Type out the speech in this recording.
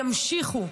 ימשיכו,